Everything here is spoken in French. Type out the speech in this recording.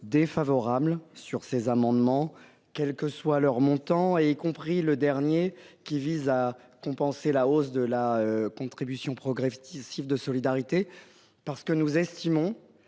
défavorable sur ces amendements, quel que soit leur montant, y compris sur le dernier qui vise à compenser la hausse de la contribution progressive de solidarité, parce que nous estimons